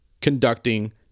conducting